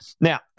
Now